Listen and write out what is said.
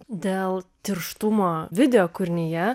dėl tirštumo videokūrinyje